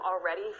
already